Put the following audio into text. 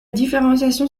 différenciation